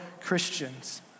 Christians